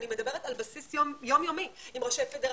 אני מדברת על בסיס יום יומי עם ראשי פדרציות,